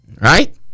Right